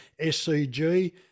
SCG